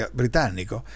britannico